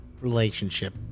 relationship